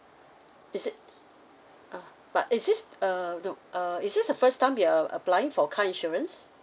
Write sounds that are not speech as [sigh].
is it [noise] ah but is this uh the uh is this the first time you are applying for a car insurance